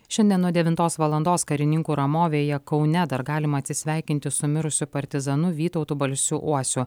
šiandien nuo devintos valandos karininkų ramovėje kaune dar galima atsisveikinti su mirusiu partizanu vytautu balsiu uosiu